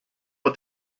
but